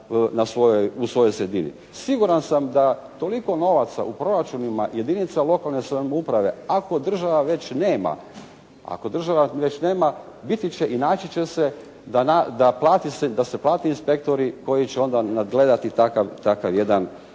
Siguran sam da toliko novaca u proračunima jedinica lokalne samouprave ako država već nema, ako država već nema biti će i naći će se da se plate inspektori koji će onda nadgledati takav jedan